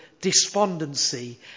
despondency